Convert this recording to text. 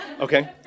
Okay